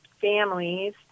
families